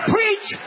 Preach